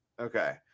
Okay